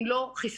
אם לא חיסרון.